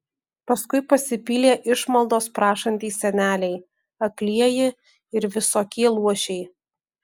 paskui pasipylė išmaldos prašantys seneliai aklieji ir visokie luošiai